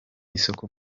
isoko